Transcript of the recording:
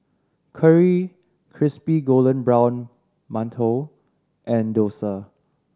curry crispy golden brown mantou and dosa